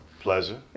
Pleasure